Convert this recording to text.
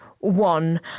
one